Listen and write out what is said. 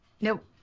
Nope